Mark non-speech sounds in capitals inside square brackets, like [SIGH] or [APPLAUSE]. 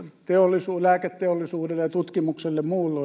lääketeollisuudelle ja muulle [UNINTELLIGIBLE]